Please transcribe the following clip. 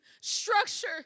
structure